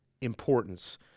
importance